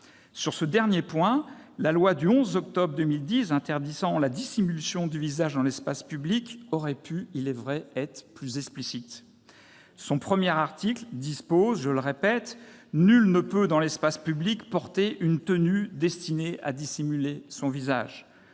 Sur ce dernier point, la loi du 11 octobre 2010 interdisant la dissimulation du visage dans l'espace public aurait pu, il est vrai, être plus explicite. Son premier article dispose :« Nul ne peut, dans l'espace public, porter une tenue destinée à dissimuler son visage ».